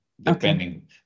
depending